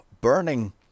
burning